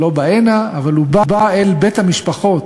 לא בא הנה, אבל הוא בא אל בתי המשפחות,